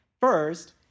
First